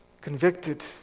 convicted